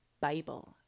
Bible